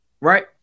Right